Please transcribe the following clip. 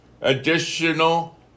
additional